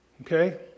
Okay